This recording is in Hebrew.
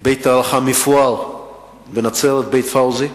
בית-הארחה מפואר בנצרת, בית-פאוזי.